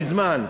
מזמן.